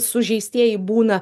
sužeistieji būna